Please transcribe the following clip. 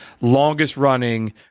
longest-running